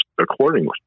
accordingly